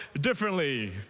differently